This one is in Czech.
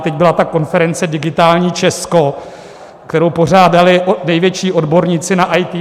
Teď byla konference Digitální Česko, kterou pořádali největší odborníci na IT.